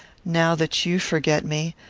now that you forget me,